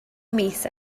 mis